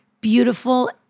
beautiful